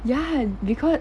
ya because